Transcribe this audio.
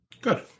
Good